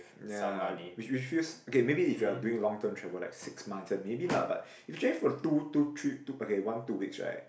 ya refuse okay maybe if you're doing long term travel like six months ah maybe lah but usually for two two trips two okay one two weeks right